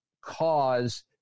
cause